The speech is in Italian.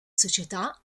società